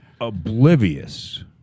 oblivious